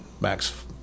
Max